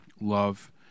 love